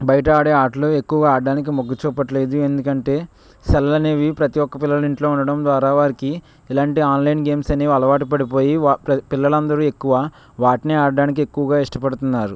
బయట ఆడే ఆటలు ఎక్కువగా ఆడడానికి మొగ్గు చూపట్లేదు ఎందుకంటే సెల్ అనేవి ప్రతి ఒక్క పిల్లలు ఇంట్లో ఉండడం ద్వారా వారికి ఎలాంటి ఆన్లైన్ గేమ్స్ అని అలవాటు పడిపోయి పిల్లలందరూ ఎక్కువ వాటినే ఆడడానికి ఎక్కువగా ఇష్టపడుతున్నారు